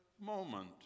moment